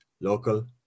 local